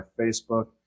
Facebook